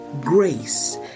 grace